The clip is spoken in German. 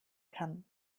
kann